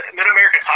Mid-America